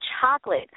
chocolate